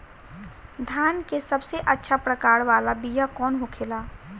धान के सबसे अच्छा प्रकार वाला बीया कौन होखेला?